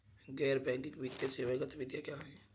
गैर बैंकिंग वित्तीय सेवा गतिविधियाँ क्या हैं?